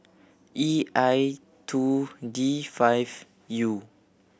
E I two D five U